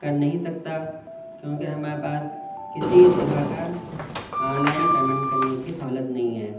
کر نہیں سکتا کیوںکہ ہمارے پاس کسی طرح کا آن لائن پیمنٹ کرنے کی سہولت نہیں ہے